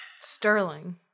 Sterling